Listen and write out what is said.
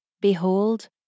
Behold